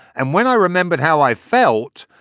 and when i remembered how i felt,